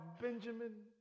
Benjamin